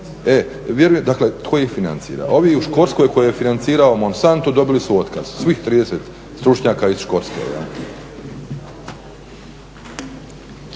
vjerujem, dakle koje financije? Ovi u Škotskoj koje je financirao Monsanto dobili su otkaz, svih 30 stručnjaka iz Škotske.